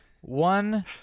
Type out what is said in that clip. One